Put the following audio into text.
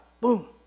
Boom